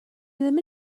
ddim